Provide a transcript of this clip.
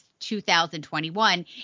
2021